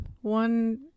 one